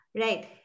right